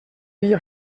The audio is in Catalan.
via